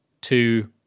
two